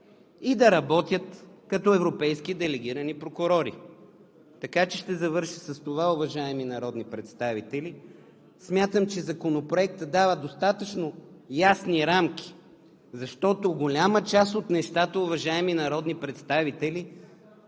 и да работят като европейски делегирани прокурори. Ще завърша с това, уважаеми народни представители: смятам, че Законопроектът дава достатъчно ясни рамки, защото голяма част от нещата са записани в самия